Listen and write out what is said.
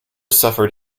suffered